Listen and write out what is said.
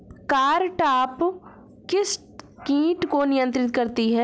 Cartap किस किट को नियंत्रित करती है?